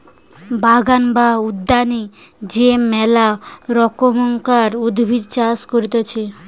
বাগান বা উদ্যানে যে মেলা রকমকার উদ্ভিদের চাষ করতিছে